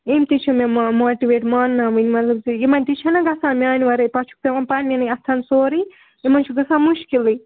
یِم تہِ چھِ مےٚ ما ماٹِویٹ مانناوٕنۍ مطلب یِمَن تہِ چھَنَہ گژھان میٛانہِ وَرٲے پَتہٕ چھُکھ پٮ۪وان پَنٛنٮ۪نٕے اَتھَن سورُے یِمَن چھُ گژھان مُشکِلٕے